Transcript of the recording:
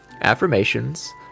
Affirmations